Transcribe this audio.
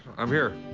i'm here.